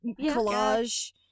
collage